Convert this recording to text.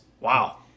Wow